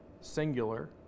singular